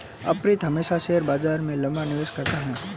अर्पित हमेशा शेयर बाजार में लंबा निवेश करता है